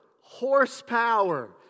horsepower